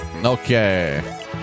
Okay